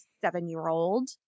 seven-year-old